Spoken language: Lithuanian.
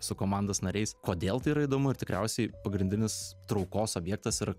su komandos nariais kodėl tai yra įdomu ir tikriausiai pagrindinis traukos objektas ir